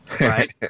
Right